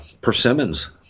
persimmons